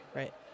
right